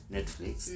Netflix